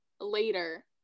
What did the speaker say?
later